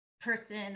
person